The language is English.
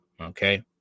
okay